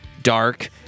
dark